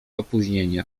opóźnienia